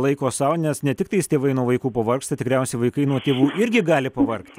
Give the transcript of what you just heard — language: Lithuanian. laiko sau nes ne tiktais tėvai nuo vaikų pavargsta tikriausiai vaikai nuo tėvų irgi gali pavargti